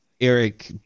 Eric